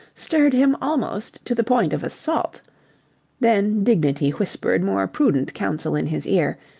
stirred him almost to the point of assault then dignity whispered more prudent counsel in his ear,